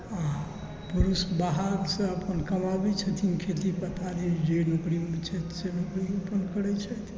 आओर पुरुष बाहरसँ अपन कमाबै छथिन खेती पथारी जे नौकरीमे छथि से नौकरी अपन करै छथि